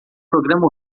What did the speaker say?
programa